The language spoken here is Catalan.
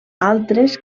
altres